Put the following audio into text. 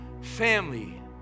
family